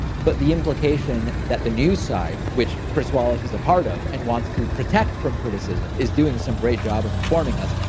but the implication that the news side, which chris wallace is a part of and wants to protect from criticism, is doing some great job of informing us.